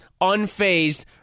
unfazed